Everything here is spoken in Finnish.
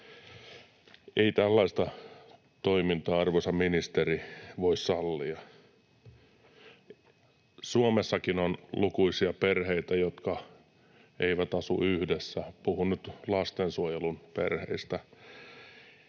Ei tällaista toimintaa, arvoisa ministeri, voi sallia. Suomessakin on lukuisia perheitä, jotka eivät asu yhdessä. Puhun nyt lastensuojelun perheistä.